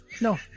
No